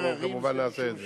אנחנו כמובן נעשה את זה.